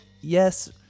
yes